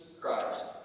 Christ